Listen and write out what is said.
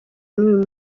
n’uyu